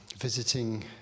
visiting